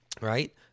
right